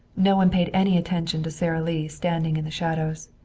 no one paid any attention to sara lee standing in the shadows.